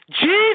Jesus